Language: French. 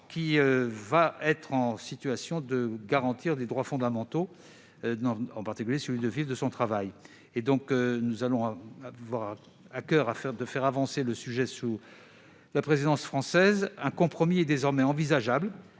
car elle permettra de garantir des droits fondamentaux, en particulier celui de vivre de son travail. Nous aurons à coeur de faire avancer ce sujet sous la présidence française. Un compromis est désormais envisageable,